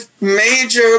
major